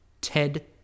Ted